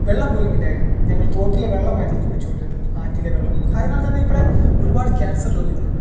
വെള്ളം പോലുമില്ലായിരുന്നു ഞങ്ങൾ തോട്ടിലെ വെള്ളമായിരുന്നു കുടിച്ചുകൊണ്ടിരുന്നത് ആറ്റിലെ വെള്ളം അതിനാൽ തന്നെ ഇവിടെ ഒരുപാട് കാൻസർ രോഗികളുണ്ട്